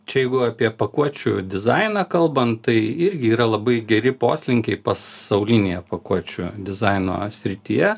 čia jeigu apie pakuočių dizainą kalbant tai irgi yra labai geri poslinkiai pasaulinėje pakuočių dizaino srityje